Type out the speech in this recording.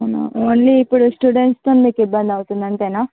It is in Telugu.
అవున ఓన్లీ ఇపుడు స్టూడెంట్స్తో మీకు ఇబ్బంది అవుతుంది అంతేనా